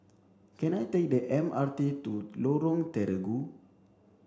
can I take the M R T to Lorong Terigu